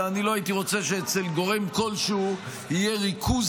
אלא אני לא הייתי רוצה שאצל גורם כלשהו יהיה ריכוז